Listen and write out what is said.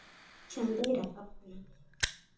ᱪᱟᱸᱫᱚᱭ ᱨᱟᱠᱟᱵ ᱠᱟᱱᱟ